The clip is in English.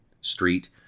Street